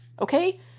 Okay